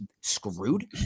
screwed